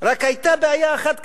רק היתה בעיה אחת קטנה: